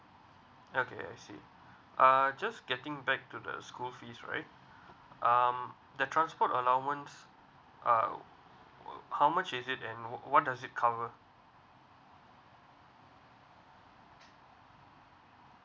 okay I see uh just getting back to the school fees right um the transport allowance uh how much is it and what does it cover